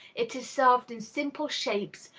it is served in simple shapes,